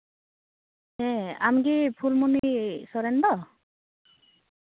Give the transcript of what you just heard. ᱦᱮᱸ ᱟᱢᱜᱮ ᱯᱷᱩᱞᱢᱚᱱᱤ ᱥᱚᱨᱮᱱ ᱫᱚ